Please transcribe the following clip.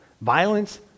Violence